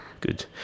Good